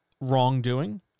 wrongdoing